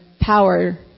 power